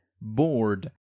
bored